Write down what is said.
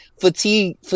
Fatigue